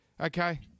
Okay